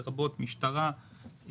לרבות: משטרה,